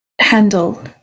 handle